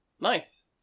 Nice